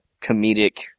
comedic